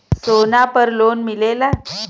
सोना पर लोन मिलेला?